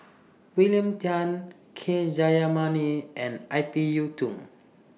William Tan K Jayamani and I P Yiu Tung